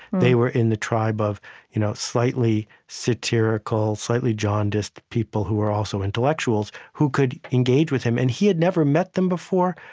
they were in the tribe of you know slightly satirical, slightly jaundiced people who were also intellectuals who could engage with him. and he had never met them before,